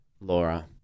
Laura